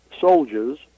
soldiers